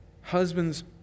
Husbands